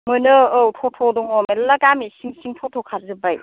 मोनो औ थथ' दङ मेरला गामि सिं सिं थथ' खारजोब्बाय